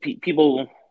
people